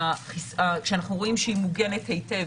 שאנחנו רואים שהיא מוגנת היטב